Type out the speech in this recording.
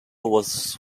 was